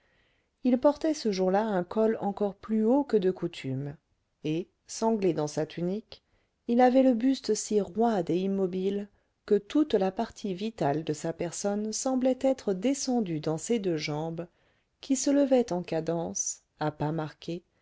il portait ce jour-là un col encore plus haut que de coutume et sanglé dans sa tunique il avait le buste si roide et immobile que toute la partie vitale de sa personne semblait être descendue dans ses deux jambes qui se levaient en cadence à pas marqués